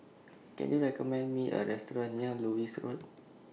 Can YOU recommend Me A Restaurant near Lewis Road